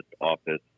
office